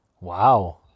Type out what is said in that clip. wow